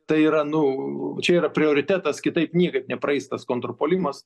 tai yra nu čia yra prioritetas kitaip niekaip nepraeis tas kontrpuolimas